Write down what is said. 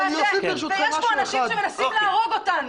ויש פה אנשים שמנסים להרוג אותנו.